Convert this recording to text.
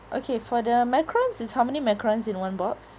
okay for the macarons is how many macarons in one box